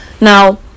Now